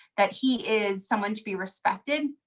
that he is someone to be respected,